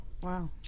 Wow